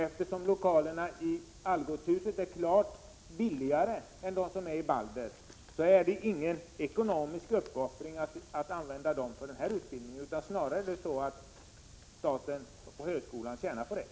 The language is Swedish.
Eftersom lokalerna i Algotshuset är klart billigare än dem i kvarteret Balder är det ingen ekonomisk uppoffring att använda dem för den här utbildningen utan snarare så att staten och högskolan tjänar på det.